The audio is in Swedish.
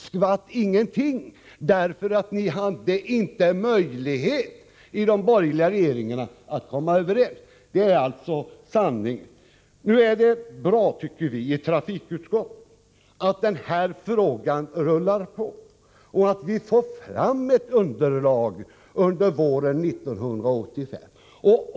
Skvatt intet! Ni kunde inte i de borgerliga regeringarna komma överens. Det är alltså sanningen. Vi i trafikutskottet tycker att det är bra att denna fråga rullar på och att vi får fram ett underlag under våren 1985.